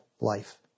life